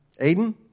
Aiden